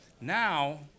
now